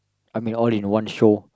I mean all in one show